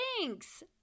Thanks